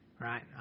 right